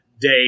day